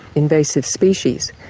invasive species,